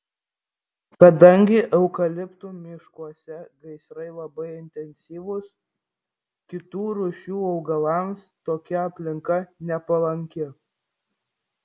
kadangi eukaliptų miškuose gaisrai labai intensyvūs kitų rūšių augalams tokia aplinka nepalanki